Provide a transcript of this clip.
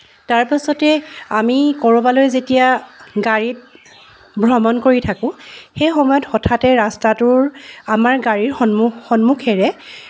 তাৰপাছতে আমি ক'ৰবালৈ যেতিয়া গাড়ীত ভ্ৰমণ কৰি থাকোঁ সেই সময়ত হঠাতে ৰাস্তাটোৰ আমাৰ গাড়ীৰ সন্মুখ সন্মুখেৰে